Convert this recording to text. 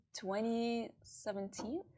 2017